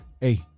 hey